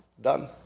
Done